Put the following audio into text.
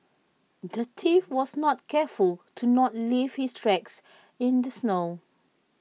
the thief was not careful to not leave his tracks in the snow